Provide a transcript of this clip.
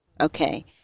okay